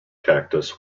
cactus